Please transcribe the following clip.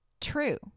true